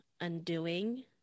undoing